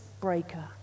breaker